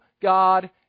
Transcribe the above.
God